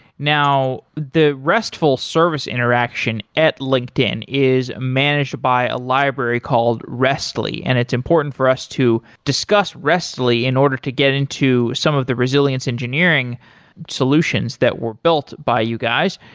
now the restful service interaction at linkedin is managed by a library called rest li. and it's important for us to discuss rest li in order to get into some of the resilience engineering solutions that were built by you guys.